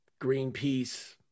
Greenpeace